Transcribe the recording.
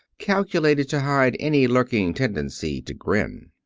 calculated to hide any lurking tendency to grin.